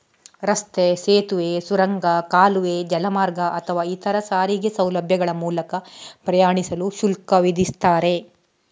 ರಸ್ತೆ, ಸೇತುವೆ, ಸುರಂಗ, ಕಾಲುವೆ, ಜಲಮಾರ್ಗ ಅಥವಾ ಇತರ ಸಾರಿಗೆ ಸೌಲಭ್ಯಗಳ ಮೂಲಕ ಪ್ರಯಾಣಿಸಲು ಶುಲ್ಕ ವಿಧಿಸ್ತಾರೆ